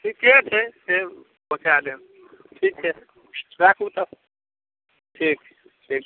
ठीके छै से पहुँचै देब ठीक छै राखू तब ठीक छै ठीक